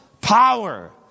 power